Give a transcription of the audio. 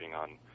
on